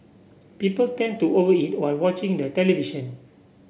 people tend to over eat while watching the television